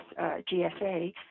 GSA